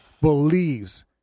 believes